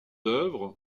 œuvres